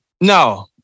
No